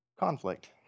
Conflict